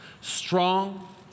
Strong